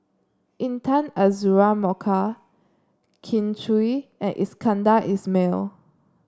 Intan Azura Mokhtar Kin Chui and Iskandar Ismail